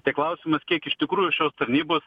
tai klausimas kiek iš tikrųjų šios tarnybos